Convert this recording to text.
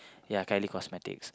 ya Kylie cosmetics